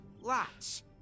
lots